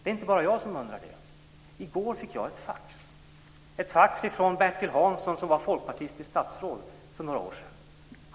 Det är inte bara jag som undrar det. I går fick jag ett fax från Bertil Hansson, som var folkpartistiskt statsråd för några år sedan.